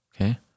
Okay